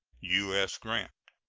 u s. grant.